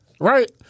Right